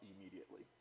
immediately